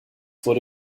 wurde